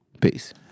Peace